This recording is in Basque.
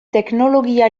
teknologia